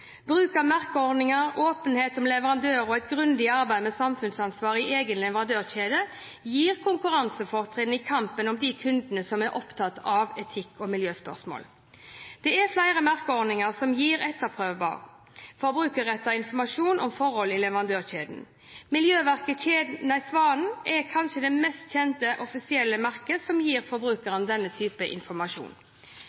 Bruk av merkeordninger, åpenhet om leverandører og et grundig arbeid med samfunnsansvar i egen leverandørkjede gir konkurransefortrinn i kampen om de kundene som er opptatt av etikk- og miljøspørsmål. Det er flere merkeordninger som gir etterprøvbar, forbrukerrettet informasjon om forhold i leverandørkjeder. Miljømerket Svanen er kanskje det best kjente offisielle merket som gir